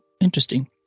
interesting